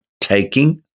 taking